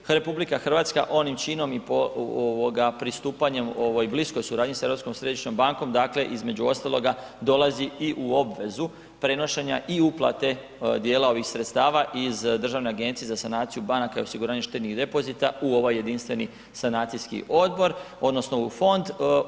RH onim činom i pristupanjem ovoj bliskoj suradnji sa Europskom središnjom bankom između ostaloga dolazi i u obvezu prenošenja i uplate dijela ovih sredstava iz Državne agencije za sanaciju banaka i osiguranje štednih depozita u ovaj jedinstveni sanacijski odbor odnosno u fond.